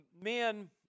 men